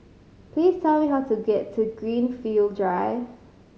please tell me how to get to Greenfield Drive